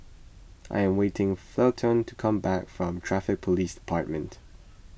I am waiting Felton to come back from Traffic Police Department